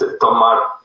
Tomar